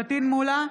נגד פטין מולא,